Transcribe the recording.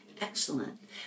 excellent